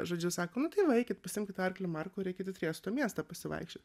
žodžiu sako nu tai va eikit pasiimkit arklį marko ir eikit triesto miestą pasivaikščiot